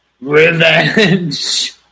Revenge